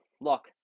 look